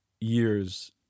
years